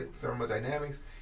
thermodynamics